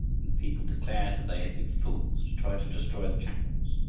and the people declared that they had been fools to try to destroy the chapels,